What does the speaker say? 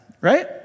right